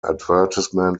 advertisement